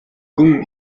гүн